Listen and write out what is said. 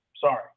Sorry